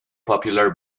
popular